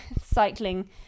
cycling